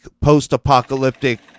post-apocalyptic